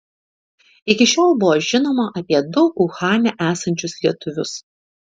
iki šiol buvo žinoma apie du uhane esančius lietuvius